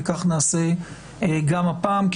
וכך נעשה גם הפעם,